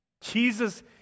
Jesus